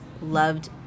Loved